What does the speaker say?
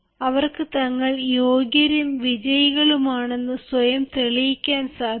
അവർക്കു തങ്ങൾ യോഗ്യരും വിജയികളുമാണെന്നു സ്വയം തെളിയിക്കാൻ സാധിക്കും